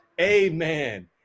Amen